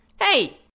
Hey